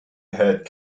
head